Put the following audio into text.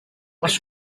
mas